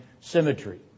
symmetry